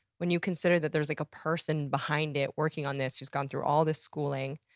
when you consider that there's like a person behind it working on this who's gone through all this schooling,